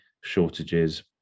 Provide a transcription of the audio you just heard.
shortages